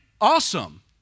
awesome